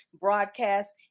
broadcast